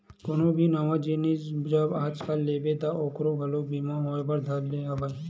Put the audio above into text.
कोनो भी नवा जिनिस जब आजकल लेबे ता ओखरो घलो बीमा होय बर धर ले हवय